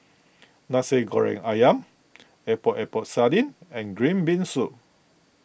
Nasi Goreng Ayam Epok Epok Sardin and Green Bean Soup